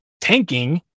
tanking